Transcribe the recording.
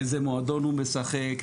איזה מועדון הוא משחק,